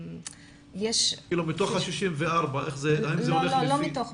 כאילו מתוך ה-164, האם זה הולך לפי